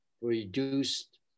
reduced